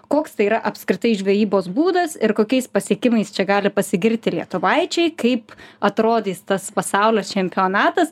koks tai yra apskritai žvejybos būdas ir kokiais pasiekimais čia gali pasigirti lietuvaičiai kaip atrodys tas pasaulio čempionatas